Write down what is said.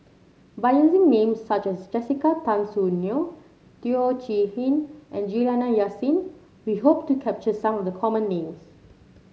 by using names such as Jessica Tan Soon Neo Teo Chee Hean and Juliana Yasin we hope to capture some of the common names